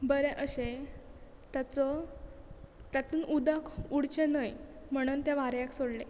बरें अशें ताचो तातूंत उदक उरचें न्हय म्हणून ते वाऱ्याक सोडलें